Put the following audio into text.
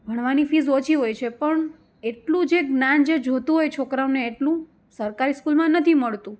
ભણવાની ફીઝ ઓછી હોય છે પણ એટલું જે જ્ઞાન જે જોતું હોય છોકરાઓને એટલું સરકારી સ્કૂલમાં નથી મળતું